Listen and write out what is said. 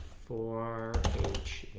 four h